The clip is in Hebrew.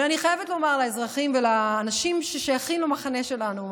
אבל אני חייבת לומר משהו לאזרחים ולאנשים ששייכים למחנה שלנו: